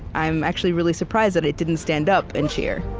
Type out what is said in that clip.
i'm actually really surprised that i didn't stand up and cheer